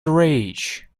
rage